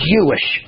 Jewish